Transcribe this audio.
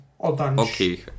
Okay